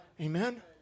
Amen